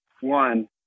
One